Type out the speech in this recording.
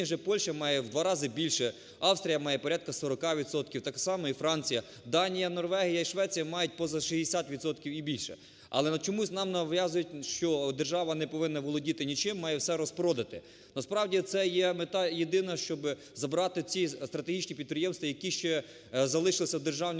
Польща має в два рази більше. Австрія має порядку 40 відсотків, Так само і Франція. Данія, Норвегія і Швеція мають поза 60 відсотків і більше. Але чомусь нам нав'язують, що держава неповинна володіти нічим, має все розпродати. Насправді це є мета єдина, щоби забрати ці стратегічні підприємства, які ще залишились у державних